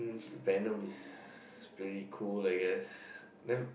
venom is pretty cool I guess then